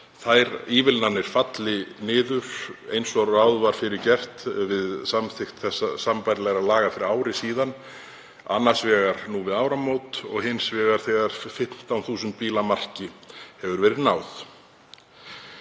þær ívilnanir falli niður, eins og ráð var fyrir gert við samþykkt sambærilegra laga fyrir ári síðan, annars vegar nú við áramót og hins vegar þegar 15.000 bíla marki hefur verið náð.